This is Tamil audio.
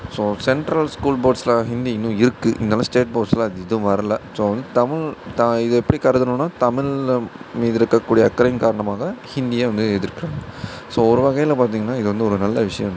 ஸோ சென்ட்ரல் ஸ்கூல் போர்ட்ஸில் ஹிந்தி இன்னும் இருக்குது இருந்தாலும் ஸ்டேட் போர்ட்ஸில் அது இது வரல ஸோ வந்து தமிழ் த இத எப்படி கருதணும்ன்னா தமில் மீது இருக்கக்கூடிய அக்கறையின் காரணமாக ஹிந்தியை வந்து எதிர்க்கிறாங்க ஸோ ஒருவகையில் பார்த்தீங்கன்னா இது வந்து ஒரு நல்ல விஷயந்தான்